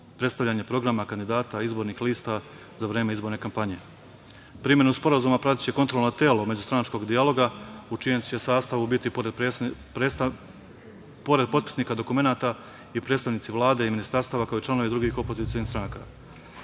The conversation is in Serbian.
predstavljanje programa kandidata, izborih lista za vreme izborne kampanje. Primenu sporazuma pratiće kontrolno telo međustranačkog dijaloga, u čijem će sastavu biti, pored potpisnika dokumenata, i predstavnici Vlade i ministarstava, kao i članovi drugih opozicionih stranaka.